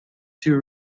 two